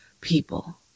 people